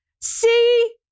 See